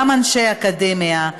גם אנשי אקדמיה.